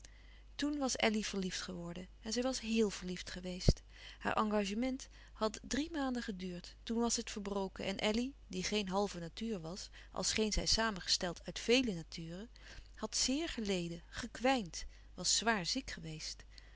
toen was elly verliefd geworden en zij was héel verliefd geweest haar engagement had drie maanden geduurd toen was het verbroken en elly die geen halve natuur was al scheen zij samengesteld uit vele naturen had zeer geleden gekwijnd was zwaar ziek geweest